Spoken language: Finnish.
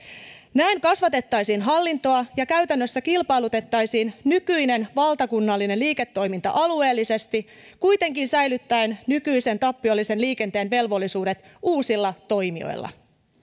näin kasvatettaisiin hallintoa ja käytännössä kilpailutettaisiin nykyinen valtakunnallinen liiketoiminta alueellisesti kuitenkin säilyttäen nykyisen tappiollisen liikenteen velvollisuudet uusilla toimijoilla